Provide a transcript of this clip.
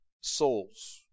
souls